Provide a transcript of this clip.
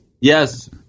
Yes